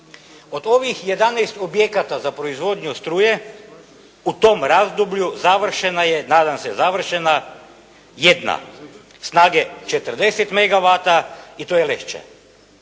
Od ovih 11 objekata za proizvodnju struje u tom razdoblju završena je, nadam se završena jedna snage 40 megawata i to je Lešće.